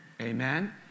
Amen